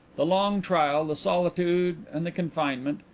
the long trial, the solitude and the confinement,